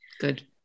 good